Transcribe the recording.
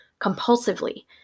compulsively